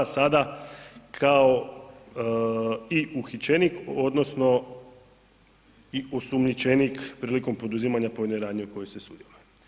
Sada kao i uhićenik odnosno i osumnjičenik prilikom poduzimanja pojedine radnje u kojoj se sudjeluje.